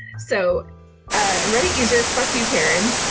so reddit user. thank you, karen.